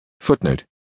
Footnote